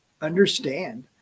understand